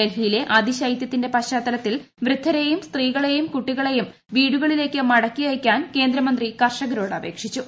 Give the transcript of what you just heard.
ഡൽഹിയിലെ അതിശൈതൃത്തിന്റെ പശ്ചാത്തലത്തിൽ വൃദ്ധരേയും സ്ത്രീകളെയും കുട്ടികളെയും വീടുകളിലേക്ക് മടക്കി അയക്കാൻ മന്ത്രി കർഷകരോട് അപേക്ഷിച്ചു